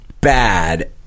bad